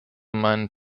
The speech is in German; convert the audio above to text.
meinen